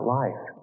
life